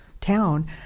town